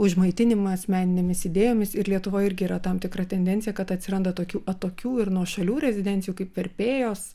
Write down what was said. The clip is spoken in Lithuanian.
užmaitinimas meninėmis idėjomis ir lietuvoj irgi yra tam tikra tendencija kad atsiranda tokių atokių ir nuošalių rezidencijų kaip verpėjos